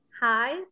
Hi